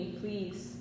please